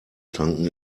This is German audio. tanken